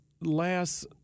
last